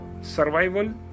survival